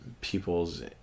people's